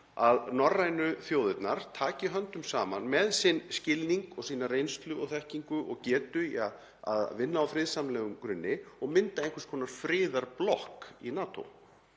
að norrænu þjóðirnar taki höndum saman með sinn skilning og sína reynslu og þekkingu og getu í að vinna á friðsamlegum grunni og myndi einhvers konar friðarblokk í NATO?